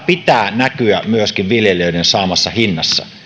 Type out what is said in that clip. pitää näkyä myöskin viljelijöiden saamassa hinnassa